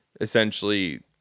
essentially